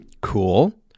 Cool